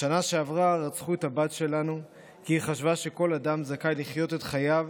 בשנה שעברה רצחו את הבת שלנו כי היא חשבה שכל אדם זכאי לחיות את חייו